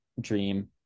dream